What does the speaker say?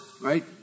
right